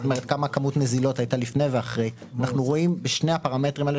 כמה כמות נזילות הייתה לפני ואחרי אנחנו רואים בשני הפרמטרים האלה,